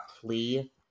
plea